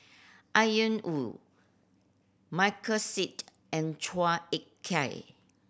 Ian Woo Michael Seet and Chua Ek Kay